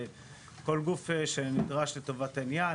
וכל גוף שנדרש לטובת העניין.